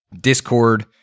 Discord-